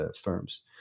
firms